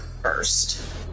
First